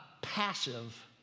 passive